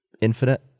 Infinite